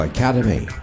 Academy